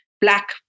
black